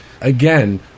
again